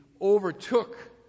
overtook